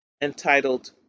entitled